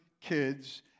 kids